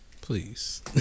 Please